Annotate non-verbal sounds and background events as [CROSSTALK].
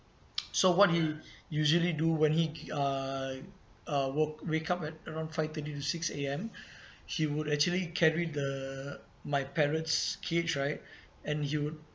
[NOISE] so what he usually do when he uh uh woke wake up at around five thirty to six A_M [BREATH] he would actually carried the my parrot's cage right and he would